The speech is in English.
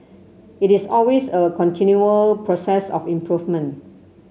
it is always a continual process of improvement